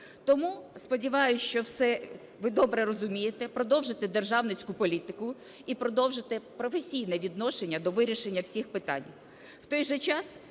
Тому, сподіваюся, що все ви добре розумієте, продовжите державницьку політику і продовжите професійне відношення до вирішення всіх питань.